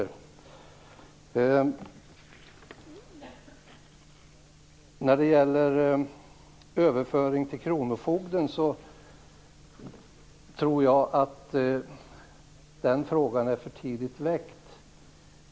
Jag tror att frågan om överföring till kronofogden är för tidigt väckt.